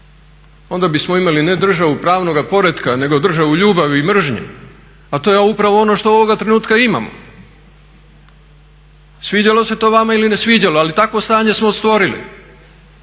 Onda bismo imali ne državu pravnog poretka nego državu ljubavi i mržnje, a to je upravo ono što ovoga trenutka imamo. Svidjelo se to vama ili ne sviđalo ali takvo stanje smo stvorili.